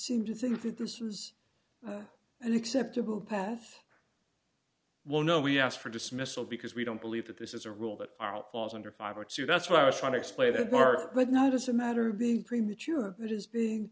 seem to think that this was an acceptable path well no we asked for dismissal because we don't believe that this is a rule that out falls under five or two that's why i was trying to explain that part but not as a matter of being premature it is being